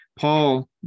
Paul